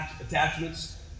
attachments